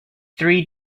three